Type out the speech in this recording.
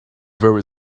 very